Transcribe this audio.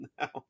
now